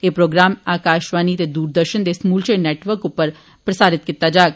ए programme Akashvani ते दूरदर्शन दे समूलचे नेटवर्क पर प्रसारित कीता जाग